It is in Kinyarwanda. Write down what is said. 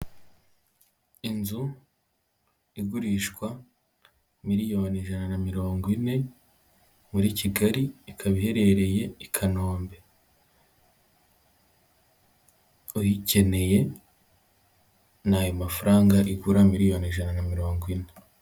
Inzu igurishwa miliyoni ijana na mirongo ine muri Kigali ikaba iherereye i Kanombe, uyikeneye ni ayo mafaranga igura miliyoni ijana mirongo ine.